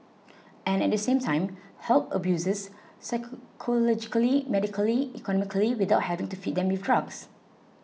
and at the same time help abusers psychologically medically economically without having to feed them with drugs